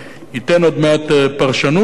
ייתן עוד מעט פרשנות לכך,